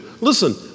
Listen